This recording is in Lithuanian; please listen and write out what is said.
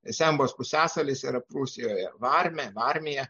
sembos pusiasalis yra prūsijoje varmė varmiją